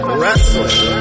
wrestling